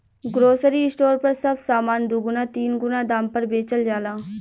grocery store पर सब सामान दुगुना तीन गुना दाम पर बेचल जाला